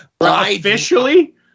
Officially